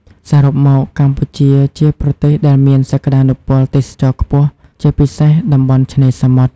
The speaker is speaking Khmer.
សរុបមកកម្ពុជាជាប្រទេសដែលមានសក្តានុពលទេសចរណ៍ខ្ពស់ ជាពិសេសតំបន់ឆ្នេរសមុទ្រ។